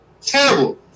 Terrible